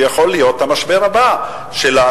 שיכול להיות המשבר הבא שלנו,